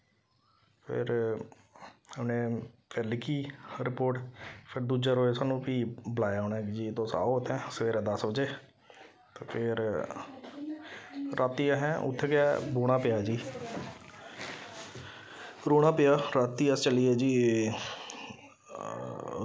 फिर उ'नें फिर लिखी रपोट फिर दूजे रोज साह्नू फ्ही बलाया उ'नें जी तुस आओ इत्थै सवेरे दस बजे ते फिर रातीं असें उत्थै गै बौह्ना पेआ जी रौह्ना पेआ रातीं अस चली गे जी